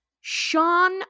Sean